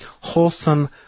wholesome